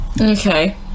okay